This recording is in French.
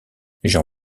jean